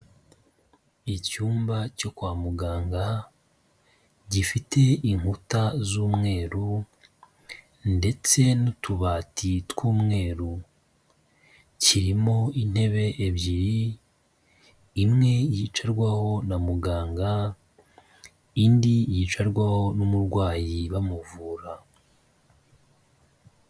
Icyumba cyo kwa muganga gifite inkuta z'umweru ndetse n'utubati tw'umweru, kirimo intebe ebyiri imwe yicarwaho na muganga, indi yicarwaho n'umurwayi bamuvura.